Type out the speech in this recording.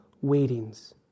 waitings